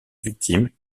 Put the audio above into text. victime